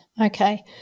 Okay